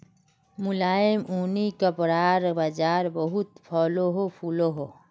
मुलायम ऊनि कपड़ार बाज़ार बहुत फलोहो फुलोहो